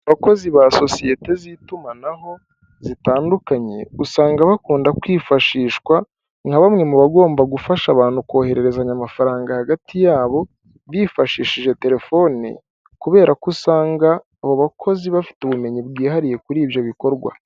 Abakozi ba sosiyete z'itumanaho zitandukanye, usanga bakunda kwifashishwa nka bamwe mu bagomba gufasha abantu kohererezanya amafaranga hagati yabo bifashishije terefone kubera ko usanga abo bakozi bafite ubumenyi bwihariye kuri ibyo bikorwa.